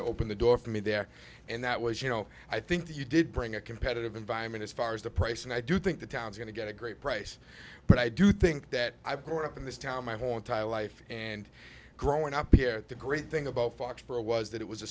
of opened the door for me there and that was you know i think that you did bring a competitive environment as far as the price and i do think the town's going to get a great price but i do think that i bore up in this town my whole entire life and growing up here the great thing about foxboro was that it was a